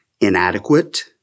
inadequate